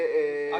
בסדר?